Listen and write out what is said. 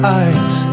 eyes